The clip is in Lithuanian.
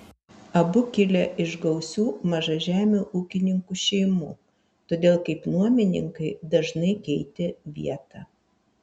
abu kilę iš gausių mažažemių ūkininkų šeimų todėl kaip nuomininkai dažnai keitė vietą